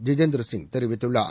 ஜிதேந்திர சிங் தெரிவித்துள்ளார்